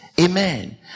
Amen